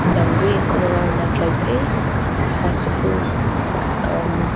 దగ్గు ఎక్కువగా ఉన్నట్లయితే పసుపు అండ్